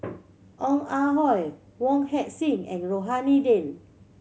Ong Ah Hoi Wong Heck Sing and Rohani Din